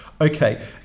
Okay